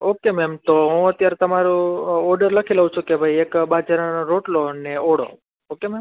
okay ma'am તો હું અત્યારે તમારું ઓર્ડર લખી લઉં છું કે ભઈ એક બાજરાનો રોટલો ને ઓળો ઓકે મેમ